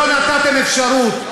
לא נתתם אפשרות.